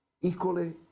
equally